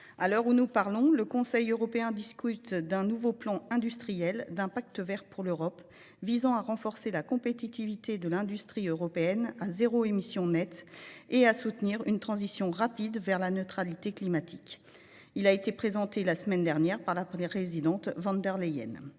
À l'heure où nous parlons, le Conseil européen discute d'un nouveau plan industriel, un Pacte vert pour l'Europe, visant à renforcer la compétitivité de l'industrie européenne à zéro émission nette et à soutenir une transition rapide vers la neutralité climatique. Il a été présenté la semaine dernière par la présidente von der Leyen.